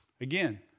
Again